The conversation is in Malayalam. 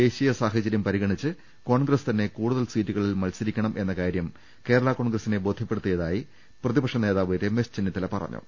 ദേശീയ സാഹചര്യം പരിഗണിച്ച് കോൺഗ്രസ് തന്നെ കൂടുതൽ സീറ്റുകളിൽ മത്സരി ക്കണം എന്ന കാര്യം കേരള കോൺഗ്രസിനെ ബോധ്യപ്പെടുത്തിയ തായി പ്രതിപക്ഷ നേതാവ് രമേശ് ചെന്നിത്തല പറഞ്ഞു